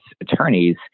attorneys